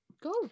Go